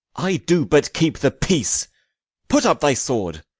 i do but keep the peace put up thy sword,